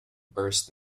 burst